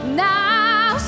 now